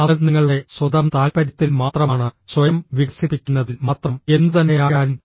അത് നിങ്ങളുടെ സ്വന്തം താൽപ്പര്യത്തിൽ മാത്രമാണ് സ്വയം വികസിപ്പിക്കുന്നതിൽ മാത്രം എന്തുതന്നെയായാലും